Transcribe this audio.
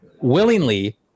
willingly